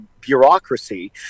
bureaucracy